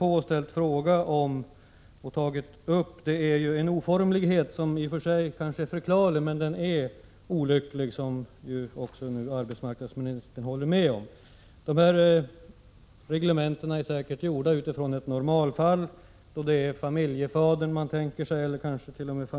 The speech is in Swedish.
Den bestämmelse som jag tagit upp i min fråga är emellertid en oformlighet, som i och för sig kanske är förklarlig men som ändå är olycklig, vilket arbetsmarknadsministern ju också håller med om. Reglerna är säkert formulerade utifrån ett normalfall där man tänkt sig att det är familjefadern eller kansket.o.m.